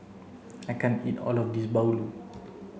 I can't eat all of this Bahulu